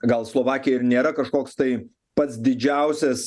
gal slovakija ir nėra kažkoks tai pats didžiausias